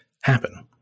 happen